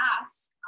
ask